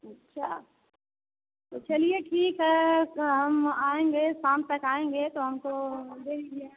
अच्छा तो चलिए ठीक है हम आएँगे शाम तक आएँगे तो हमको दे दीजिएगा